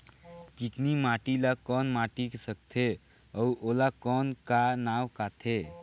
चिकनी माटी ला कौन माटी सकथे अउ ओला कौन का नाव काथे?